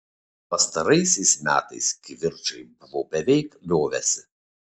pastaraisiais metais kivirčai buvo beveik liovęsi